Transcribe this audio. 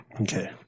Okay